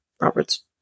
Robert's